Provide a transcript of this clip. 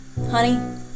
Honey